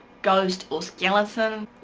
ghost or skeleton.